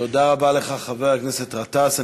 תודה רבה לך, חבר הכנסת גטאס.